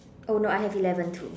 oh no I have eleven too